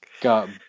Got